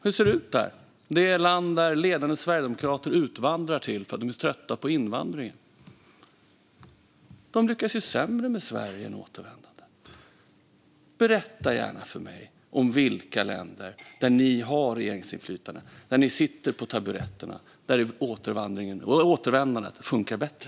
Hur ser det ut i Ungern, det land som ledande sverigedemokrater utvandrar till för att de är trötta på invandringen? De lyckas ju sämre än Sverige med återvändandet. Berätta gärna för mig i vilka länder, där ni har regeringsinflytande, där ni sitter på taburetterna, som återvändandet funkar bättre!